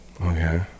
Okay